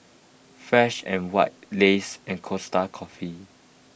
Fresh and White Lays and Costa Coffee